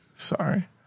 sorry